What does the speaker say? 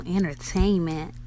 Entertainment